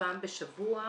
פעם בשבוע